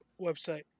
website